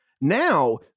Now